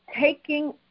taking